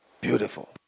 Beautiful